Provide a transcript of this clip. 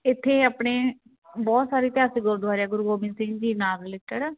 ਇੱਥੇ ਆਪਣੇ ਬਹੁਤ ਸਾਰੇ ਇਤਿਹਾਸਿਕ ਗੁਰਦੁਆਰੇ ਆ ਗੁਰੂ ਗੋਬਿੰਦ ਸਿੰਘ ਜੀ ਨਾਲ ਰਿਲੇਟਿਡ